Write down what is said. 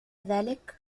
ذلك